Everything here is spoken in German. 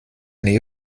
nähe